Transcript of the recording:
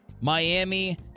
Miami